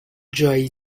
جایی